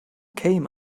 came